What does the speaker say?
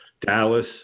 Dallas